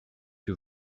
que